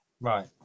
Right